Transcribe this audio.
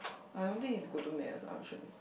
I don't think it's good to make assumptions